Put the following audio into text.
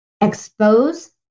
expose